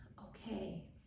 Okay